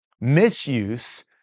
Misuse